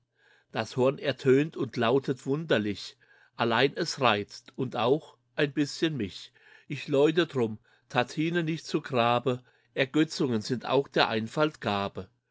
das horn ertönt und lautet wunderlich allein es reizt und auch ein bischen mich ich läute drum tartinen nicht zu grabe ergötzungen sind auch der einfalt gabe